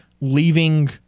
leaving